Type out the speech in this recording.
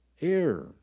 Air